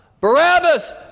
Barabbas